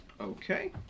Okay